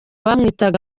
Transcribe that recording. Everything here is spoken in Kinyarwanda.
bamwitaga